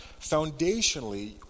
Foundationally